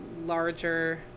larger